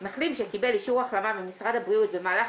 מחלים שקיבל אישור החלמה ממשרד הבריאות במהלך